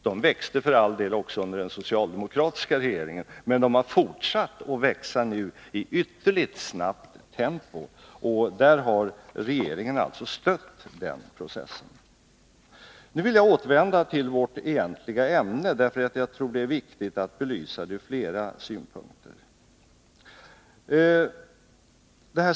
De växte för all del också under den socialdemokratiska regeringen, men de har fortsatt att växa nu i ytterligt snabbt tempo, och regeringen har alltså stött den processen. Nu vill jag återvända till vårt egentliga ämne. Jag tror att det är viktigt att belysa det från flera synpunkter.